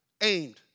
aimed